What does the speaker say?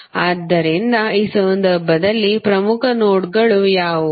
ಆದ್ದರಿಂದ ಈ ಸಂದರ್ಭದಲ್ಲಿ ಪ್ರಮುಖ ನೋಡ್ಗಳು ಯಾವುವು